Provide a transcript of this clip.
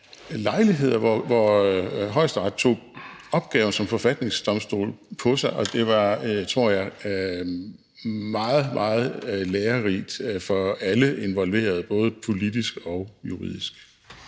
lejligheder, hvor Højesteret tog opgaven som forfatningsdomstol på sig, og jeg tror, det var meget, meget lærerigt for alle involverede, både politisk og juridisk.